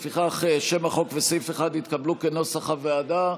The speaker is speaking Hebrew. לפיכך, שם החוק וסעיף 1 התקבלו כנוסח הוועדה.